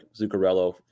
Zuccarello